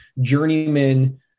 journeyman